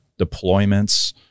deployments